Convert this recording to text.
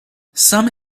some